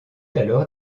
alors